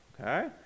Okay